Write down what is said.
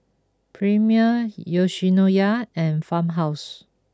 Premier Yoshinoya and Farmhouse